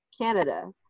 Canada